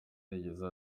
yagize